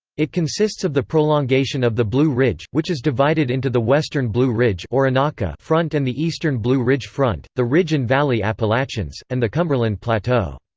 it consists of the prolongation of the blue ridge, which is divided into the western blue ridge and and front and the eastern blue ridge front, the ridge-and-valley appalachians, and the cumberland plateau.